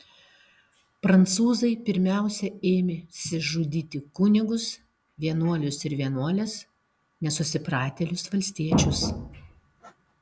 prancūzai pirmiausia ėmėsi žudyti kunigus vienuolius ir vienuoles nesusipratėlius valstiečius